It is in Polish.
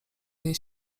jej